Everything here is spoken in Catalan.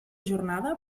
jornada